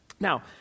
Now